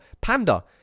Panda